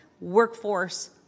workforce